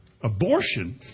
abortion